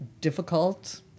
difficult